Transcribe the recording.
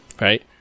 right